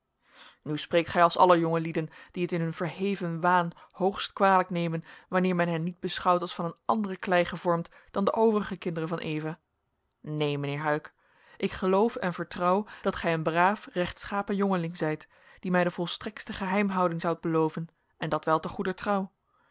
nu spreekt gij als alle jonge lieden die het in hun verheven waan hoogst kwalijk nemen wanneer men hen niet beschouwt als van een andere klei gevormd dan de overige kinderen van eva neen mijnheer huyck ik geloof en vertrouw dat gij een braaf rechtschapen jongeling zijt die mij de volstrektste geheimhouding zoudt beloven en dat wel ter goeder trouw